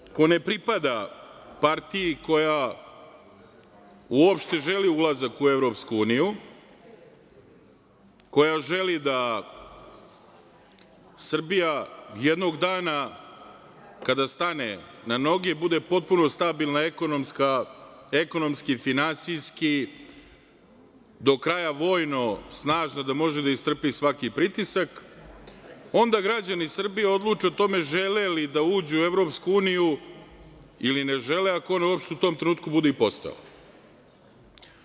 Kao neko ko ne pripada partiji koja uopšte želi ulazak u EU, koja želi da Srbija jednog dana kada stane na noge i bude potpuno stabilna ekonomski, finansijski do kraja vojno snažno da može da istrpi svaki pritisak, onda građani Srbije odluče o tome žele li da uđu u EU ili ne žele, ako on uopšte u tom trenutku i bude postojala.